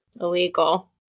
illegal